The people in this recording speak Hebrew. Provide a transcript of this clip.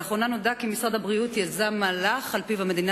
לאחרונה נודע כי משרד הבריאות יזם מהלך שלפיו המדינה